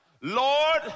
Lord